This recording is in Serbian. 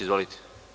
Izvolite.